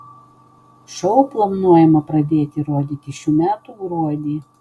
šou planuojama pradėti rodyti šių metų gruodį